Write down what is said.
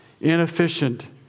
inefficient